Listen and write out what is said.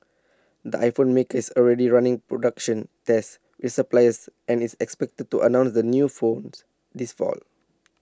the iPhone maker is already running production tests with suppliers and is expected to announce the new phones this fall